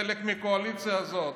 חלק מהקואליציה הזאת,